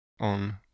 on